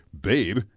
babe